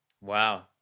Wow